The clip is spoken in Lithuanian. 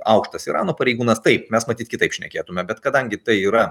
aukštas irano pareigūnas taip mes matyt kitaip šnekėtume bet kadangi tai yra